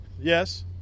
Yes